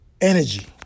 energy